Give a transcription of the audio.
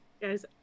Guys